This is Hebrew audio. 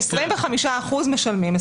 25% משלמים.